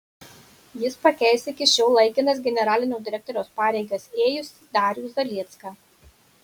jis pakeis iki šiol laikinas generalinio direktoriaus pareigas ėjusį darių zaliecką